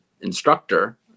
instructor